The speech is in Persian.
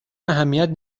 اهمیت